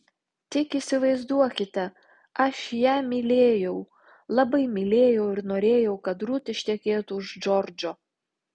tik įsivaizduokite aš ją mylėjau labai mylėjau ir norėjau kad rut ištekėtų už džordžo